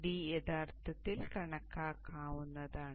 അതിനാൽ d യഥാർത്ഥത്തിൽ കണക്കാക്കാവുന്നതാണ്